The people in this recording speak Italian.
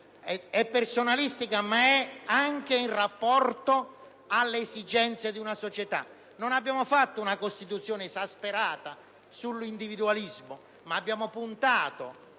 personalistica, ma lo è anche in rapporto alle esigenze di una società. Non abbiamo fatto una Costituzione esasperata sull'individualismo: le culture